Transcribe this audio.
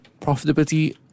profitability